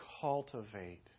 cultivate